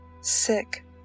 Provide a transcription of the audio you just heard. Sick